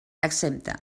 exempta